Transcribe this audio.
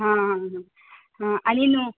हां हां हां आनी न्हू